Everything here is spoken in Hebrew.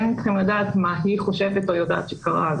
כן צריכים לדעת מה היא חושבת או יודעת שקרה.